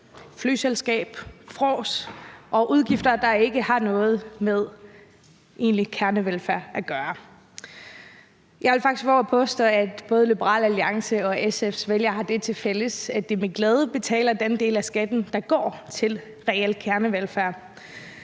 flyselskaber, frås og udgifter, der ikke har noget med egentlig kernevelfærd at gøre. Jeg vil faktisk vove at påstå, at Liberal Alliances og SF's vælgere har det tilfælles, at de med glæde betaler den del af skatten, der går til reel kernevelfærd,